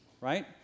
right